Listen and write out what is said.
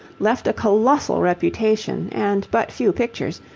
left a colossal reputation and but few pictures,